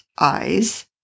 eyes